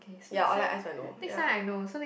ya or like iced milo ya